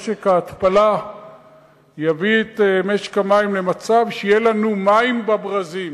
אולי משק ההתפלה יביא את משק המים למצב שיהיו לנו מים בברזים.